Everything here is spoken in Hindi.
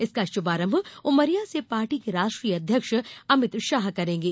इसका शुभारंभ उमरिया से पार्टी के राष्ट्रीय अध्यक्ष अमित शाह करेंगे